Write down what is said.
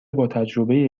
باتجربه